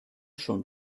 schon